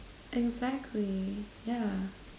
exactly ya